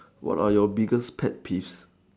what are your biggest pet peeves